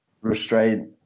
restraint